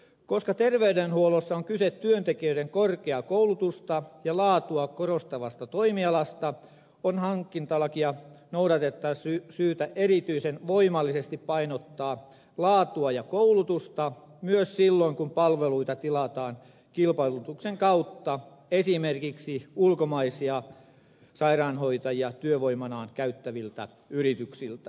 koska terveydenhuollossa on kyse työntekijöiden korkeaa koulutusta ja laatua korostavasta toimialasta on hankintalakia noudatettaessa syytä erityisen voimallisesti painottaa laatua ja koulutusta myös silloin kun palveluita tilataan kilpailutuksen kautta esimerkiksi ulkomaisia sairaanhoitajia työvoimanaan käyttäviltä yrityksiltä